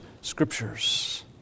scriptures